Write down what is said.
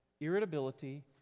irritability